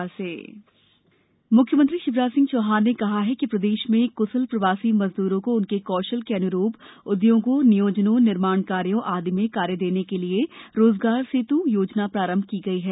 आरोग्य सेत् म्ख्यमंत्री शिवराज सिंह चौहान ने कहा है कि प्रदेश में क्शल प्रवासी मजद्रों को उनके कौशल के अन्रूप उदयोगों नियोजनों निर्माण कार्यों आदि में कार्य देने के लिये रोजगार सेत् योजना प्रारंभ की गयी है